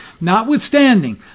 Notwithstanding